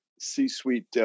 C-suite